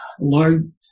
Lord